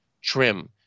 Trim